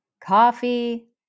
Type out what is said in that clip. coffee